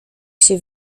się